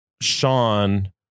Sean